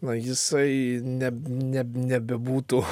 na jisai neb ne nebebūtų